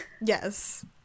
Yes